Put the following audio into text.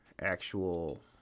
actual